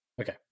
Okay